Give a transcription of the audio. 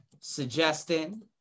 suggesting